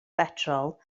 betrol